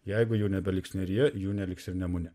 jeigu jų nebeliks neryje jų neliks ir nemune